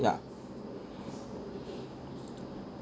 ya